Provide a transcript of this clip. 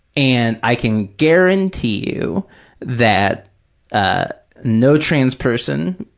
and i can guarantee you that ah no trans person,